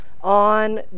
on